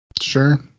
Sure